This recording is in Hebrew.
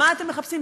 מה אתם מחפשים?